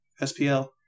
spl